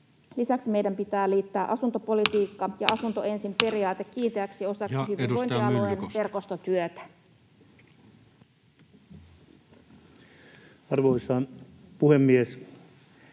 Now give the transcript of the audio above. Lisäksi meidän pitää liittää asuntopolitiikka ja asunto ensin ‑periaate kiinteäksi osaksi hyvinvointialueiden verkostotyötä. [Speech